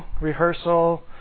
rehearsal